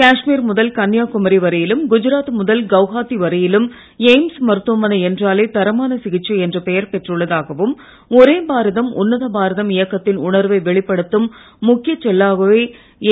காஷ்மீர் முதல் கன்னியாகுமரி வரையிலும் குஜராத் முதல் கவுஹாத்தி வரையிலும் எய்ம்ஸ் மருத்துவமனை என்றாலே தரமான சிகிச்சை என பெயர் பெற்றுள்ளதாகவும் ஒரே பாரதம் உன்னத பாரதம் இயக்கத்தின் உணர்வை வெளிப்படுத்தும் முக்கியச் சொல்லாகவே